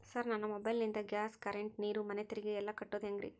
Sir ನನ್ನ mobile ನಿಂದ gas, current, ನೇರು, ಮನೆ ತೆರಿಗೆ ಎಲ್ಲಾ ಕಟ್ಟೋದು ಹೆಂಗ್ರಿ?